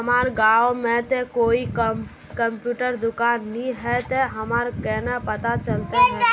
हमर गाँव में ते कोई कंप्यूटर दुकान ने है ते हमरा केना पता चलते है?